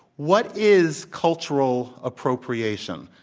what is cultural appropriation?